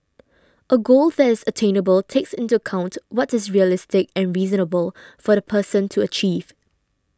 a goal that is attainable takes into account what is realistic and reasonable for the person to achieve